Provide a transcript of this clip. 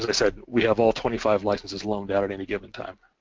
and said, we have all twenty five licences loaned at at any given time.